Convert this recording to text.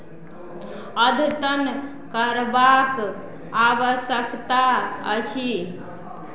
अद्यतन करबाक आवश्यकता अछि